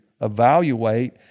evaluate